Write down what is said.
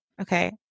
okay